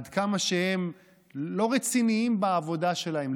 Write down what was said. עד כמה הם לא רציניים בעבודה שלהם,